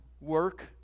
work